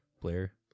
Blair